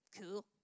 Cool